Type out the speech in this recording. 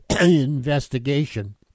investigation